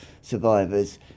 survivors